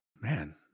man